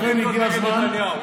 אין לי עמדות נגד נתניהו,